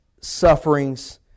sufferings